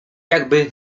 jakby